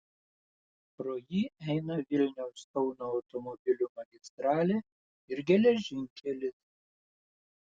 pro jį eina vilniaus kauno automobilių magistralė ir geležinkelis